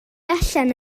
allan